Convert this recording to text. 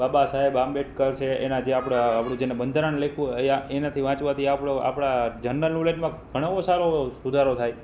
બાબા સાહેબ આંબેડકર છે એના જે આપણે આપણું જેણે બંધારણ લખ્યું એ એનાથી વાંચવાથી આપણું આપણા જનરલ નૉલેજમાં ઘણો એવો સારો સુધારો થાય છે